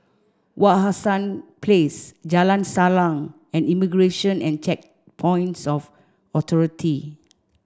Wak Hassan Place Jalan Salang and Immigration and Checkpoints of Authority